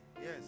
Yes